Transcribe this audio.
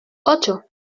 ocho